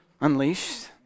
unleashed